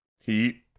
Heat